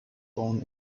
born